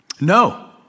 No